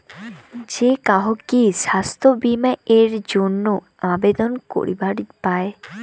যে কাহো কি স্বাস্থ্য বীমা এর জইন্যে আবেদন করিবার পায়?